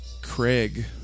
Craig